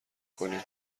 کنیم